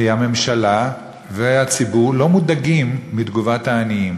כי הממשלה והציבור לא מודאגים מתגובת העניים,